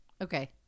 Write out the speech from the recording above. okay